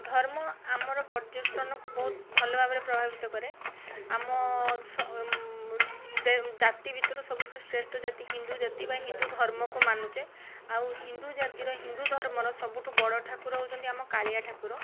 ଧର୍ମ ଆମର ପର୍ଯ୍ୟଟନକୁ ବହୁତ ଭଲ ଭାବରେ ପ୍ରଭାବିତ କରେ ଆମ ସମ ଜାତି ଭିତରୁ ସବୁଠୁ ଶ୍ରେଷ୍ଠ ଜାତି ଜାତି ହିନ୍ଦୁ ଜାତି ବା ହିନ୍ଦୁ ଧର୍ମକୁ ମାନୁଛେ ଆଉ ହିନ୍ଦୁ ଜାତିର ହିନ୍ଦୁଧର୍ମର ସବୁଠୁ ବଡ଼ ଠାକୁର ହେଉଛନ୍ତି ଆମ କାଳିଆ ଠାକୁର